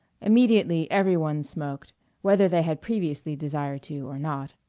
immediately every one smoked whether they had previously desired to or not.